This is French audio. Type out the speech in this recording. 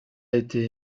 été